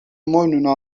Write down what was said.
мойнуна